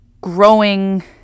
growing